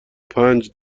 پنج